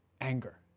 Anger